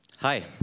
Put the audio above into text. Hi